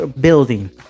building